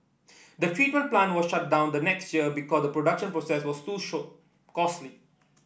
the treatment plant was shut down the next year because the production process was too short costly